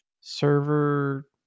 server